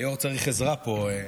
היו"ר צריך עזרה פה.